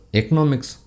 economics